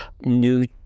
new